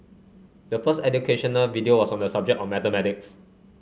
the first educational video was on the subject of mathematics